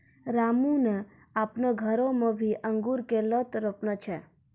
रामू नॅ आपनो घरो मॅ भी अंगूर के लोत रोपने छै